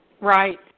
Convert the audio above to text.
Right